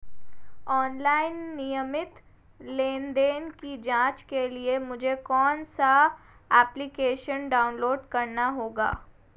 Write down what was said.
Online नियमित लेनदेन की जांच के लिए मुझे कौनसा एप्लिकेशन डाउनलोड करना होगा?